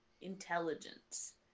Intelligence